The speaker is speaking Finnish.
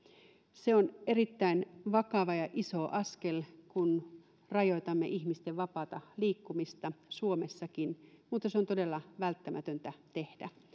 se on erittäin vakava ja iso askel kun rajoitamme ihmisten vapaata liikkumista suomessakin mutta se on todella välttämätöntä tehdä